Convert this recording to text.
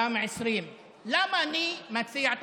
גם בכנסת העשרים.